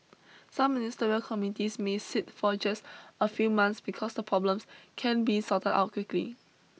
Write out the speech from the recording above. some ministerial committees may sit for just a few months because the problems can be sorted out quickly